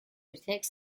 retake